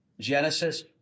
Genesis